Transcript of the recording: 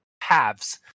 halves